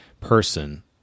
person